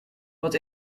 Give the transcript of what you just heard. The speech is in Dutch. wat